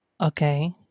okay